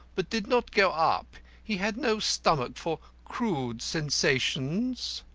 but did not go up. he had no stomach for crude sensations.